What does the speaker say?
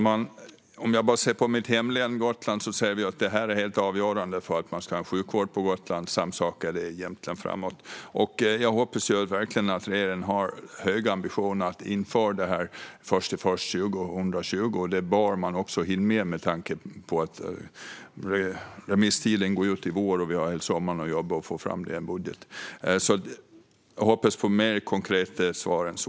Fru talman! För mitt hemlän Gotland är detta helt avgörande för sjukvården. Samma sak är det framåt. Jag hoppas verkligen att regeringen har höga ambitioner att införa kostnadsutjämningen den 1 januari 2020. Det bör man hinna med tanke på att remisstiden går ut i vår och vi har sommaren på oss att arbeta med att få fram en budget. Jag hoppas på ett mer konkret svar än så.